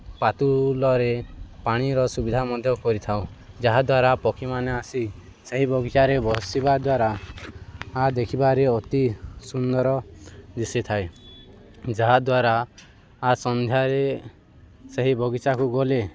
ପାତୁଲରେ ପାଣିର ସୁବିଧା ମଧ୍ୟ କରିଥାଉ ଯାହାଦ୍ୱାରା ପକ୍ଷୀମାନେ ଆସି ସେହି ବଗିଚାରେ ବସିବା ଦ୍ୱାରା ଦେଖିବାରେ ଅତି ସୁନ୍ଦର ଦିଶିଥାଏ ଯାହାଦ୍ୱାରା ସନ୍ଧ୍ୟାରେ ସେହି ବଗିଚାକୁ ଗଲେ